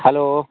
hello